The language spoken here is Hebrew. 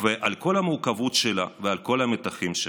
על כל המורכבות שלה ועל כל המתחים שבה.